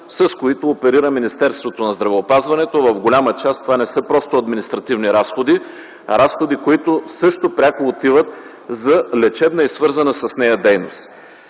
с които оперира Министерството на здравеопазването. В голяма част това не са просто административни разходи, а разходи, които също пряко отиват за лечебна и свързана с нея дейност.